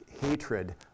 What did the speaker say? hatred